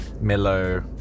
mellow